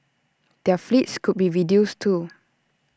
their fleets could be reduced too